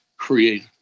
create